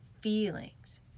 feelings